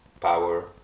power